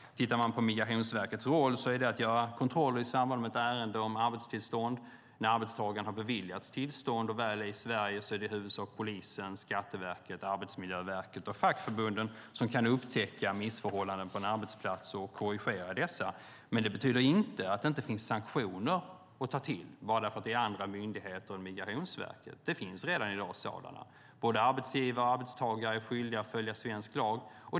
Tittar man på Migrationsverkets roll är det att göra kontroller i samband med ett ärende om arbetstillstånd. När arbetstagaren har beviljats tillstånd och väl är i Sverige är det i huvudsak polisen, Skatteverket, Arbetsmiljöverket och fackförbunden som kan upptäcka missförhållanden på en arbetsplats och korrigera dem. Det betyder inte att det inte finns sanktioner att ta till bara för att det är andra myndigheter än Migrationsverket. Det finns redan i dag sådana. Både arbetsgivare och arbetstagare är skyldiga att följa svensk lag.